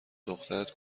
دخترت